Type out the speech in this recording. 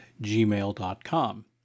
gmail.com